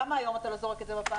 למה היום אתה לא זורק את זה בפח?